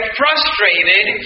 frustrated